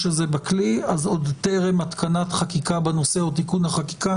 הזה בכלי אז עוד טרם התקנת חקיקה בנושא או תיקון החקיקה